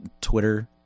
Twitter